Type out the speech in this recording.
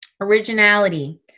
originality